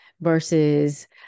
versus